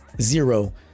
Zero